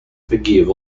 forgive